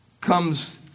comes